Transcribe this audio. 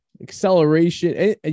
acceleration